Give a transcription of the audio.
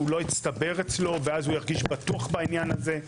לא יצטבר אצלו ואז הוא ירגיש בטוח בעניין הזה.